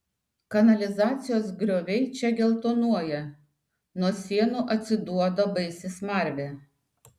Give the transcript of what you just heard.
kanalizacijos grioviai čia geltonuoja nuo sienų atsiduoda baisi smarvė